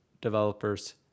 developers